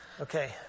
Okay